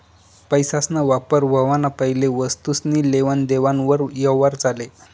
पैसासना वापर व्हवाना पैले वस्तुसनी लेवान देवान वर यवहार चाले